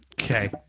Okay